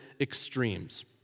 extremes